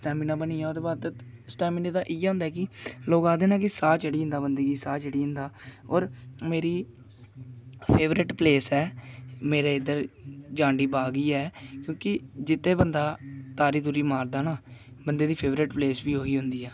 stamina बनी आ ओह्दे बाद स्टैमिना दा इ'यै होंदा कि लोग आखदे ना कि साह् चढ़ी जंदा बंदे गी साह् चढ़ी जंदा होर मेरी फेवरेट प्लेस ऐ मेरे इद्धर जांडी बाग ई ऐ क्योंकि जित्थें बंदा तारी तूरी मारदा ना बंदे दी फेवरेट प्लेस बी ओही होंदी ऐ